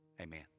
amen